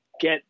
get